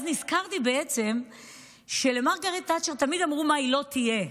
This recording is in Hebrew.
נזכרתי שלמרגרט תאצ'ר תמיד אמרו מה היא לא תהיה.